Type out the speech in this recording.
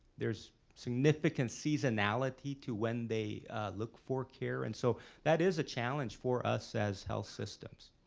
there's significant seasonality to when they look for care and so that is a challenge for us as health systems.